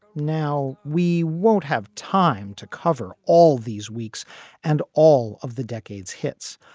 now, we won't have time to cover all these weeks and all of the decade's hits,